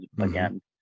Again